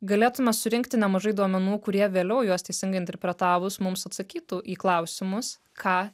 galėtume surinkti nemažai duomenų kurie vėliau juos teisingai interpretavus mums atsakytų į klausimus ką